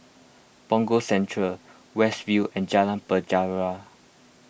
Punggol Central West View and Jalan Penjara